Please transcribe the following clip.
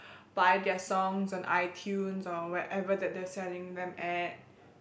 buy their songs on iTunes or wherever that they're selling them at